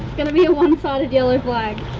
going to be a one sided yellow flag.